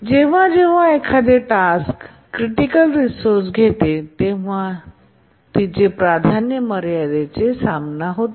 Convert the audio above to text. जेव्हा जेव्हा एखादे टास्क क्रिटिकल रिसोर्सेस घेते तेव्हा तिचे प्राधान्य मर्यादेच्या समान होते